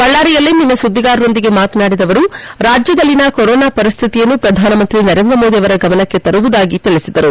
ಬಳ್ಳಾರಿಯಲ್ಲಿ ನಿನ್ನೆ ಸುದ್ದಿಗಾರರೊಂದಿಗೆ ಮಾತನಾದಿದ ಅವರು ರಾಜ್ಯದಲ್ಲಿನ ಕೊರೊನಾ ಪರಿಸ್ಥಿತಿಯನ್ನು ಪ್ರಧಾನ ಮಂತ್ರಿ ನರೇಂದ್ರ ಮೋದಿ ಅವರ ಗಮನಕ್ಕೆ ತರುವುದಾಗಿ ತಿಳಿಸಿದರು